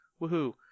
Woohoo